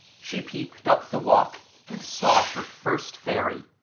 she peeped up the walk and saw her first fairy.